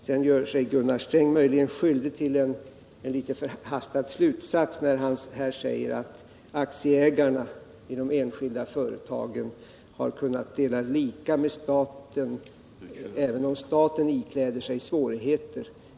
Gunnar Sträng gör sig sedan möjligen skyldig till en litet förhastad slutsats när han säger att aktieägarna i de enskilda företagen delar lika med staten, även om staten tar på sig svårigheter.